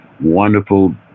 Wonderful